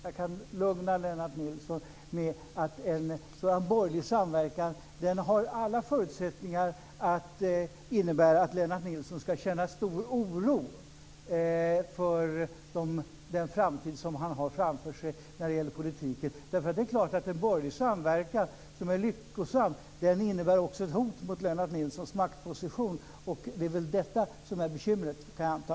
Jag kan lugna Lennart Nilsson med att en sådan borgerlig samverkan har alla förutsättningar att innebära att Lennart Nilsson ska känna stor oro för sin framtid när det gäller politiken. Det är klart att en borgerlig samverkan som är lyckosam också innebär ett hot mot Lennart Nilssons maktposition. Det är väl detta som är bekymret, kan jag anta.